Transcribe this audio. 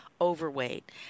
overweight